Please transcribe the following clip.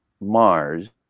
Mars